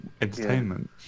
entertainment